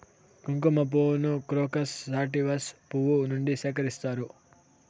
కుంకుమ పువ్వును crocus sativus పువ్వు నుండి సేకరిస్తారు